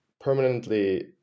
permanently